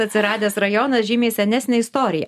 atsiradęs rajonas žymiai senesnė istorija